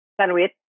Sandwich